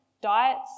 diets